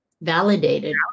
Validated